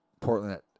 Portland